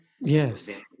Yes